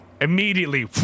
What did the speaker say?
immediately